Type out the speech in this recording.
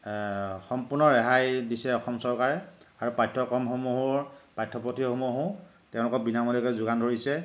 সম্পূৰ্ণ ৰেহাই দিছে অসম চৰকাৰে আৰু পাঠ্যক্ৰম সমূহৰ পাঠ্যপুথি সমূহো তেওঁলোকক বিনামূলীয়াকৈ যোগান ধৰিছে